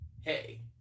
hey